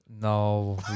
No